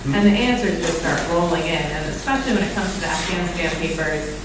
and the answer is just start rolling in. and especially when it comes to the afghanistan papers.